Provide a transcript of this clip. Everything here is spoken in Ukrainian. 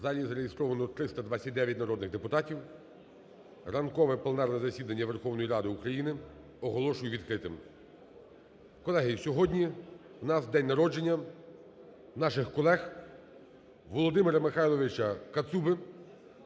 залі зареєстровано 329 народних депутатів. Ранкове пленарне засідання Верховної Ради України оголошую відкритим. Колеги, сьогодні у нас день народження наших колег Володимира Михайловича Кацуби,